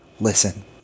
Listen